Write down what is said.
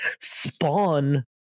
spawn